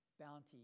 bounty